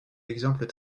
exemples